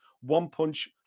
one-punch